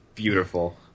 beautiful